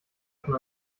schon